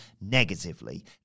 negatively